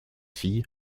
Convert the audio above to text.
fille